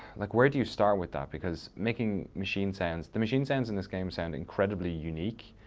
like where do you start with that? because making machine sounds, the machine sounds in this game sound incredibly unique.